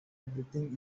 everything